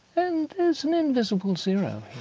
and there's an invisible zero